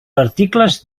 articles